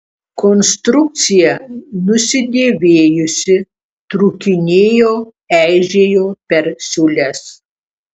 konstrukcija nusidėvėjusi trūkinėjo eižėjo per siūles